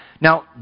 Now